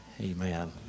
amen